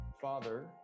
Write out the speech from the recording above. father